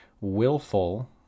willful